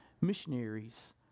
missionaries